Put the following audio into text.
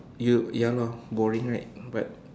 you ya lor boring right but